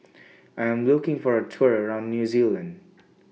I Am looking For A Tour around New Zealand